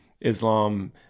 Islam